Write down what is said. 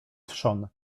trzon